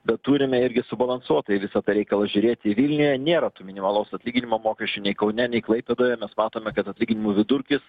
bet turime irgi subalansuotai visą tą reikalą žiūrėti vilniuje nėra tų minimalaus atlyginimo mokesčių nei kaune nei klaipėdoje mes matome kad atlyginimų vidurkis